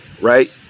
Right